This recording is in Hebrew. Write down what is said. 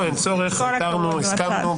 אין צורך, חקרנו, הסכמנו.